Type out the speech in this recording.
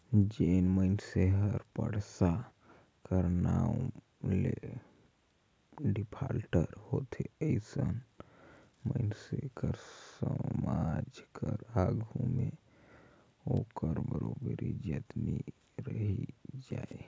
जेन मइनसे हर पइसा कर नांव ले डिफाल्टर होथे अइसन मइनसे कर समाज कर आघु में ओकर बरोबेर इज्जत नी रहि जाए